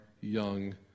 young